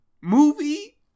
movie